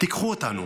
"תיקחו אותנו".